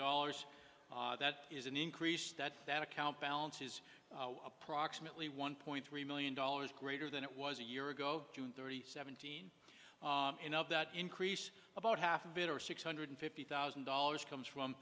dollars that is an increase that that account balance is approximately one point three million dollars greater than it was a year ago june thirty seventeen and of that increase about half of it or six hundred fifty thousand dollars comes from